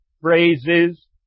phrases